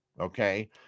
okay